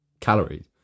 calories